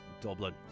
Dublin